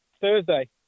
Thursday